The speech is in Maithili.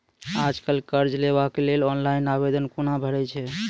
आज कल कर्ज लेवाक लेल ऑनलाइन आवेदन कूना भरै छै?